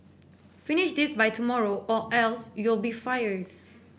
finish this by tomorrow or else you'll be fired